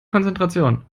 konzentration